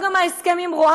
ועכשיו גם ההסכם עם רואנדה,